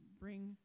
bring